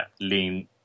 lean